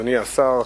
אדוני השר,